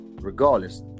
regardless